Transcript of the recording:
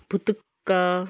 भुतुक्क